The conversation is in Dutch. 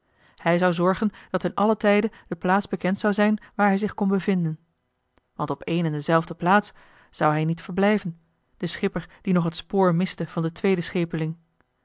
hij zou zorgen dat ten allen tijde de plaats bekend zou zijn waar hij zich kon bevinden want op één en dezelfde plaats zou hij niet verjoh h been paddeltje de scheepsjongen van michiel de ruijter blijven de schipper die nog het spoor miste van den tweeden schepeling